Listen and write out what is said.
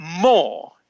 more